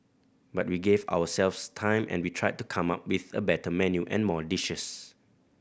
but we gave ourselves time and we tried to come up with a better menu and more dishes